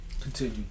Continue